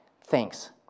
thanks